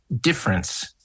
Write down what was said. difference